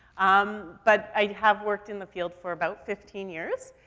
um, but i have worked in the field for about fifteen years.